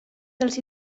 dels